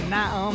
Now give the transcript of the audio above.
now